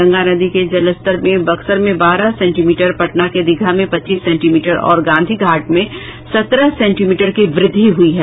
गंगा नदी के जलस्तर में बक्सर में बारह सेंटीमीटर पटना के दीघा में पच्चीस सेंटी मीटर और गाँधी घाट में सत्रह सेंटीमीटर की वृद्धि हुई है